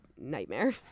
nightmare